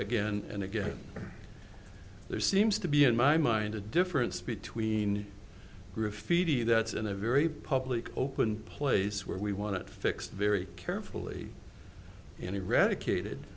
again and again there seems to be in my mind a difference between graffiti that's in a very public open place where we want it fixed very carefully and he read